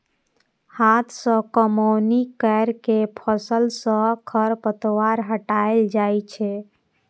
हाथ सं कमौनी कैर के फसल सं खरपतवार हटाएल जाए छै